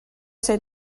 ser